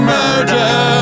murder